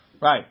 Right